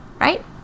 right